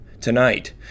Tonight